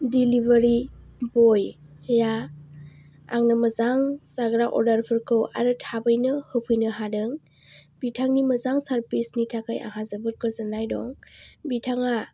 दिलिभारि बय आ आंनो मोजां जाग्रा अर्दारफोरखौ आरो थाबैनो होफैनो हादों बिथांनि मोजां सार्भिसनि थाखाय आंहा जोबोद गोजोन्नाय दं बिथांआ